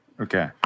Okay